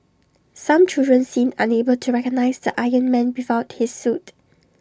some children seemed unable to recognise the iron man without his suit